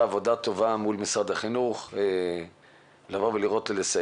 עבודה טובה מול משרד החינוך כדי לסייע.